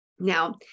Now